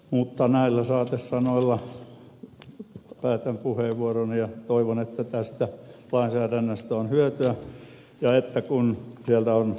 mutta näillä saatesanoilla päätän puheenvuoroni ja toivon että tästä lainsäädännöstä on hyötyä ja kun sieltä on ed